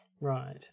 right